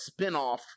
spinoff